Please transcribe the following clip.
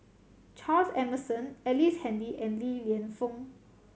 Charles Emmerson Ellice Handy and Li Lienfung